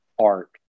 art